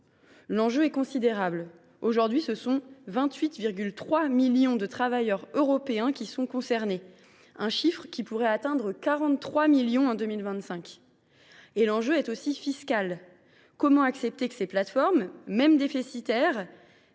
L’enjeu est considérable. Aujourd’hui, ce sont 28,3 millions de travailleurs européens qui sont concernés – un chiffre qui pourrait atteindre 43 millions en 2025. L’enjeu est aussi fiscal : comment accepter que ces plateformes, certes déficitaires,